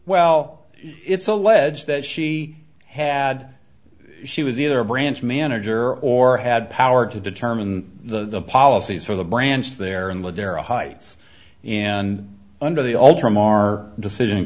well it's alleged that she had she was either a branch manager or had power to determine the policies for the branch there in ladera heights and under the ultram our decision in